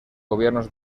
gobierno